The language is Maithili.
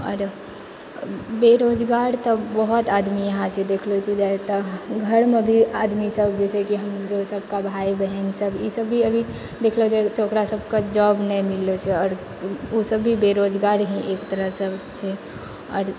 आओर बेरोजगार तऽ बहुत आदमी यहाँ छै देखल जाय तऽ घरमे भी आदमी सब जैसे हमरो सबके भाय बहिन सब ई सब भी अभी देखला जाय तऽ ओकरा सबके अभी जॉब नहि मिलै छै आओर ओ सब भी बेरोजगार ही एक तरहसँ छै आओर